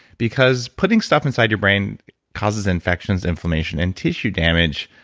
because putting stuff inside your brain causes infections, inflammation, and tissue damage,